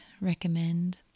recommend